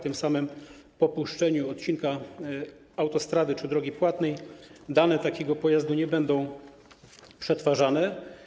Tym samym po opuszczeniu odcinka autostrady czy drogi płatnej dane takiego pojazdu nie będą przetwarzane.